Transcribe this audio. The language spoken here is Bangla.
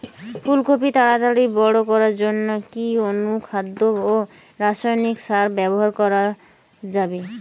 ফুল কপি তাড়াতাড়ি বড় করার জন্য কি অনুখাদ্য ও রাসায়নিক সার ব্যবহার করা যাবে?